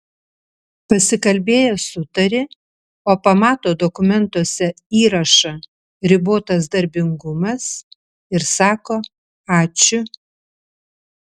pasikalbėjęs sutari o pamato dokumentuose įrašą ribotas darbingumas ir sako ačiū